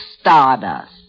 stardust